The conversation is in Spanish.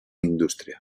industria